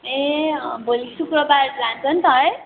ए अँ भोलि शुक्रवार लान्छ नि त है